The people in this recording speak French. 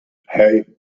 hey